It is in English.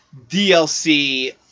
DLC